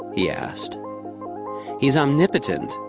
he asked he's omnipotent,